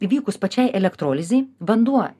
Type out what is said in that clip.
įvykus pačiai elektrolizei vanduo